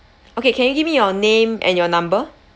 okay can you give me your name and your number